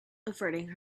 averting